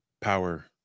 power